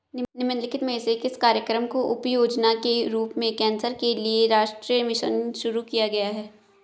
निम्नलिखित में से किस कार्यक्रम को उपयोजना के रूप में कैंसर के लिए राष्ट्रीय मिशन शुरू किया गया है?